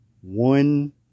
one